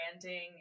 branding